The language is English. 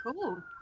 cool